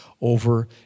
over